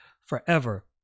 forever